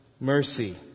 mercy